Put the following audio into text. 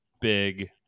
big